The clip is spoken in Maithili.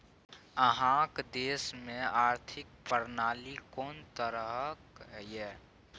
अहाँक देश मे आर्थिक प्रणाली कोन तरहक यै?